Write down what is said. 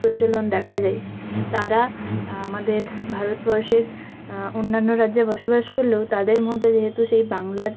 প্রচলন দেখা যায় তারা আমাদের ভারতবর্ষে অন্যান্য রাজ্যে বসবাস করলেও তাদের মধ্যে যেহেতু সেই বাংলার